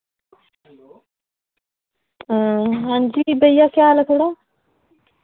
हां हांजी भैया केह् हाल ऐ थोआड़ा